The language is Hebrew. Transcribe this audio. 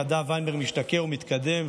נדב וינברג משתקם ומתקדם,